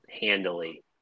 handily